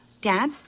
Dad